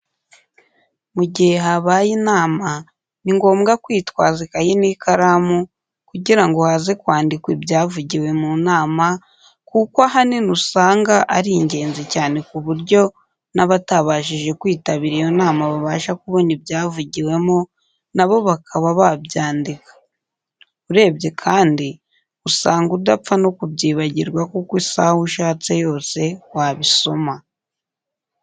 Mu gihe habaye inama ni ngombwa kwitwaza ikayi n'ikaramu kugira ngo haze kwandikwa ibyavugiwe mu nama, kuko ahanini usanga ari ingenzi cyane ku buryo n'abatabashije kwitabira iyo nama babasha kubona ibyavugiwemo na bo bakaba babyandika. Urebye kandi usanga udapfa no kubyibagirwa kuko isaha ushatse yose wabisoma.